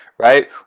Right